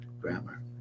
grammar